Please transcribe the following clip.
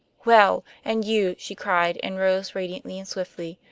well, and you! she cried, and rose radiantly and swiftly.